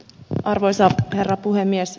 arvoisa herra puhemies